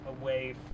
away